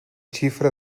xifra